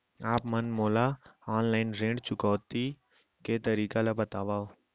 आप मन मोला ऑनलाइन ऋण चुकौती के तरीका ल बतावव?